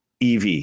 EV